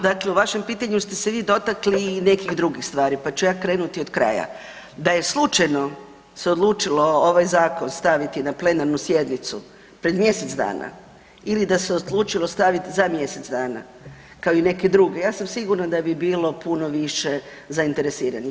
Dakle, u vašem pitanju ste se vi dotakli i nekih drugih stvari pa ću ja krenuti od kraja da je slučajno se odlučilo ovaj zakon staviti na plenarnu sjednicu pred mjesec dana ili da se odlučilo stavi za mjesec dana kao i neke druge ja sam sigurna da bi bilo puno više zainteresiranih.